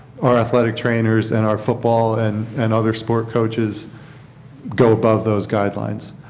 our athletic trainers and are football and and other sport coaches go above those guidelines.